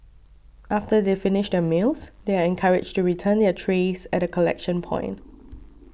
after they finish their meals they are encouraged to return their trays at a collection point